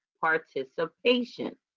participation